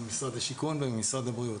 ממשרד השיכון וממשרד הבריאות.